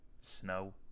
snow